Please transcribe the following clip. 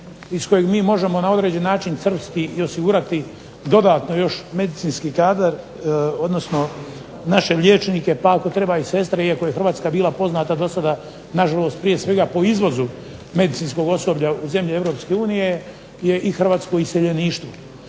iz kojeg mi možemo na određeni način crpsti i osigurati dodatno još medicinski kadar, odnosno naše liječnike, pa ako treba i sestre iako je Hrvatska bila poznata do sda na žalost prije svega po izvozu medicinskog osoblja u zemlje Europske unije, je i hrvatsko iseljeništvo.